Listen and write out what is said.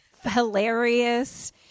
hilarious